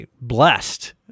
blessed